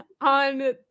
on